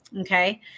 Okay